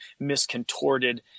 miscontorted